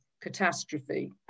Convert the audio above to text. catastrophe